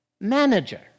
manager